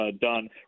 done